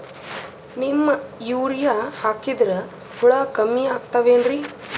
Neem urea ಹಾಕದ್ರ ಹುಳ ಕಮ್ಮಿ ಆಗತಾವೇನರಿ?